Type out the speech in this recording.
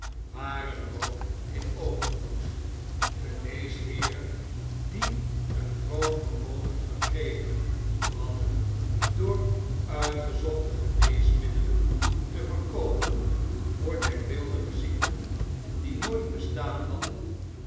waren er ook in overvloed geneesheeren die een grootvermogen verkregen hadden door uitgezochte geneesmiddelen te verkoopen voor denkbeeldige ziekten die nooit bestaan hadden